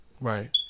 Right